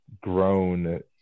grown